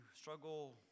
struggle